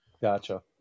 gotcha